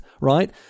right